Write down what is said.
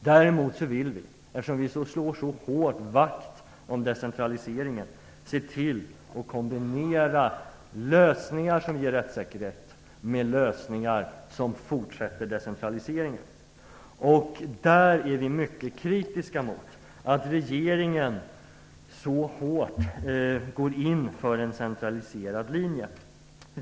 Däremot vill vi, eftersom vi så hårt slår vakt om decentraliseringen, se till att lösningar som ger rättssäkerhet kombineras med lösningar som innebär att decentraliseringen fortsätter. Där är vi mycket kritiska mot att regeringen så hårt går in för en centraliserad linje.